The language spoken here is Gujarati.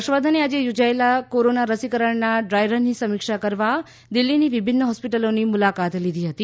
હર્ષવર્ધને આજે યોજાયેલા કોરોના રસીકરણના ડ્રાયરનની સમીક્ષા કરવા દિલ્ફીની વિભિન્ન હોસ્પિટલોનું મુલાકાત લીધી હતી